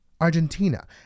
Argentina